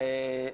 תודה.